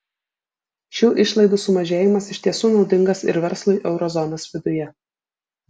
šių išlaidų sumažėjimas iš tiesų naudingas ir verslui euro zonos viduje